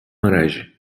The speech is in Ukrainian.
мережі